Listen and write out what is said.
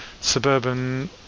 suburban